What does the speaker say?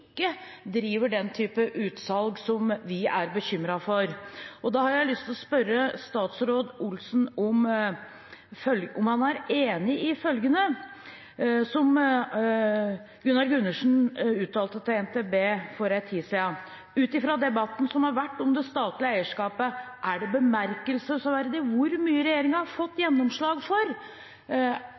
driver den typen utsalg som vi er bekymret for. Da har jeg lyst til å spørre statsråd Solvik-Olsen om han er enig i det som Gunnar Gundersen uttalte til NTB for en tid siden: «Ut ifra debatten som har vært om det statlige eierskapet, er det bemerkelsesverdig hvor mye regjeringen har fått gjennomslag for.»